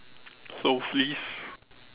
so fleas